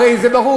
הרי זה ברור,